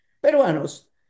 peruanos